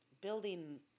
building